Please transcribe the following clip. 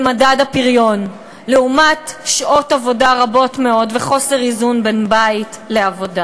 במדד הפריון לעומת שעות עבודה רבות מאוד וחוסר איזון בין בית לעבודה.